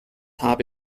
habe